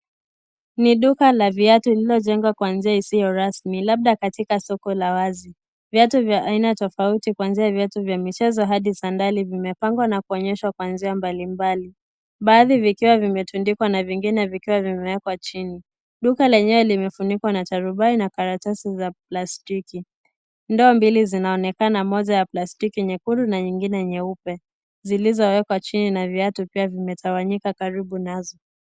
Ni duka la viatu lililojengwa kwa njia isiyo rasmi labda katika soko la wazi. Viatu vya aina tofauti kuanzia viatu vya michezo hadi sandali zimepangwa na kuonyeshwa kwa njia mbalimbali baadhi vikiwa vimetundikwa na vingine vimewekwa chini. Duka lenyewe limefunikwa na tarubai na karatsi za plastiki . Ndoo mbili zinaonekana moja ya plastiki nyekundu, na ingine nyeupe zilizowekwa chini na viatu vitawanyika karibu nazo.